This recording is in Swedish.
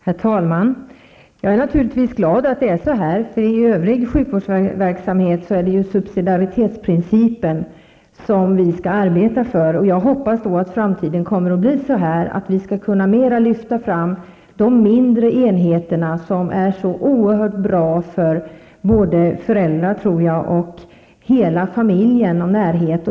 Herr talman! Jag är naturligtvis glad att det är på detta sätt, eftersom det i övrig sjukvårdsverksamhet är subsidäritetsprincipen som man skall arbeta efter. Jag hoppas att vi i framtiden i större utsträckning skall kunna lyfta fram de mindre enheterna som jag tror är så oerhört bra för både föräldrar och hela familjen.